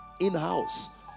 in-house